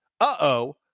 uh-oh